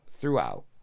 throughout